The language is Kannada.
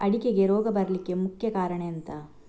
ಅಡಿಕೆಗೆ ರೋಗ ಬರ್ಲಿಕ್ಕೆ ಮುಖ್ಯ ಕಾರಣ ಎಂಥ?